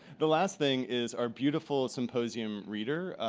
the last thing is our beautiful symposium reader,